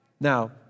Now